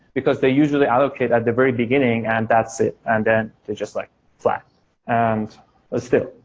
because they usually allocate at the very beginning and that's it. and then they're just like flat and still.